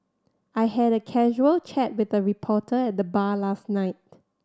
I had a casual chat with the reporter at the bar last night